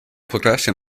progression